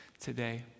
today